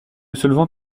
solvant